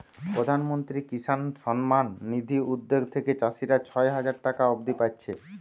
প্রধানমন্ত্রী কিষান সম্মান নিধি উদ্যগ থিকে চাষীরা ছয় হাজার টাকা অব্দি পাচ্ছে